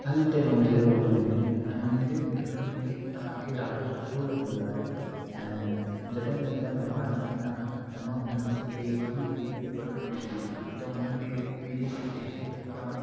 स्थल ते मंदर मौजूदु आहिनि ऐं मंदर में असांखे ॾाढो सुठो लॻंदो आहे ऐं जॾहिं मुंहिंजा महिमान ईंदा ऐं मां हुननि खे बि मंदरु वठी वेंदुसि त हुननि खे बि हि हितां